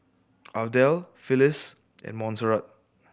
Ardelle Phylis and Monserrat